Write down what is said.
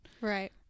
Right